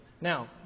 Now